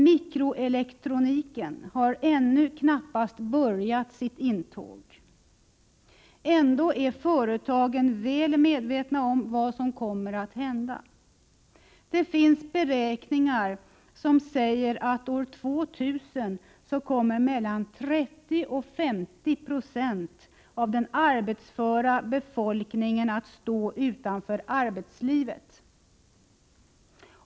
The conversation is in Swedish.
Mikroelektroniken har ännu knappast börjat sitt intåg. Ändå är man på företagen väl medveten om vad som kommer att hända. Det finns beräkningar som säger att år 2000 kommer mellan 30 och 50 26 av den arbetsföra befolkningen att stå utanför arbetslivet.